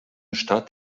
stadt